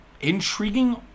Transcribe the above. Intriguing